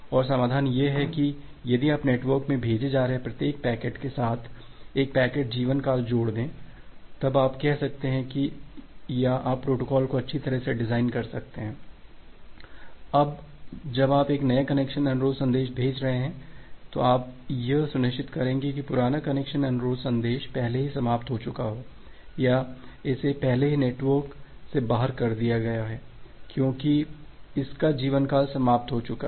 और समाधान यह है कि यदि आप नेटवर्क में भेजे जा रहे प्रत्येक पैकेट के साथ एक पैकेट जीवन काल जोड़ दें तब आप कह सकते हैं या आप प्रोटोकॉल को अच्छी तरह से डिजाइन कर सकते हैं अब जब आप एक नया कनेक्शन अनुरोध संदेश भेज रहे हैं आप यह सुनिश्चित करेंगे कि पुराना कनेक्शन अनुरोध संदेश पहले ही समाप्त हो चुका है या इसे पहले ही नेटवर्क से बाहर कर दिया गया है क्योंकि इसका जीवनकाल समाप्त हो चुका है